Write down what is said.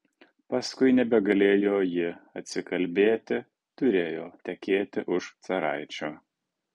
paskui nebegalėjo ji atsikalbėti turėjo tekėti už caraičio